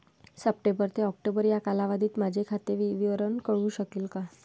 September ते October या कालावधीतील माझे खाते विवरण कळू शकेल का?